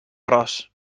ros